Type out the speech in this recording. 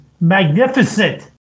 Magnificent